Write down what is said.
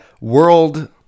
world